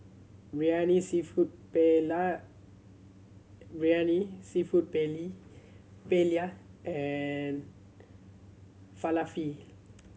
Biryani Seafood Paella and Falafel